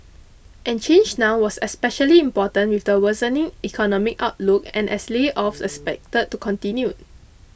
and change now was especially important with the worsening economic outlook and as layoffs expected to continued